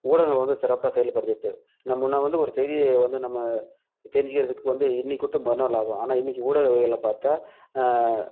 ஊடகங்கள் வந்து சிறப்பாக செயல்படுது இப்போ நம் முன்னே வந்து ஒரு செய்தியை வந்து நம்ம தெரிஞ்சிக்கிறதுக்கு வந்து இன்னிக்கிவிட்டு மறுநாள் ஆகும் ஆனால் இன்னக்கு ஊடக வகைகள்ல பார்த்தா